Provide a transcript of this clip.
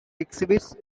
exhibits